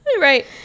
Right